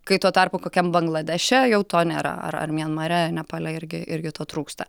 kai tuo tarpu kokiam bangladeše jau to nėra ar ar mianmare nepale irgi irgi to trūksta